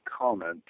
comment